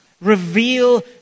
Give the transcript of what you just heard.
Reveal